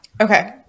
Okay